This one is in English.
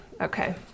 Okay